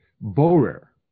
Borer